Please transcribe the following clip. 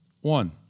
one